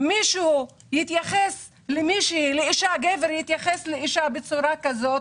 שמישהו יתייחס למישהו אישה או גבר יתייחס לאישה בצורה שכזו.